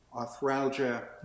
arthralgia